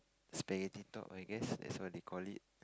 spaghetti top I guess that's what they call it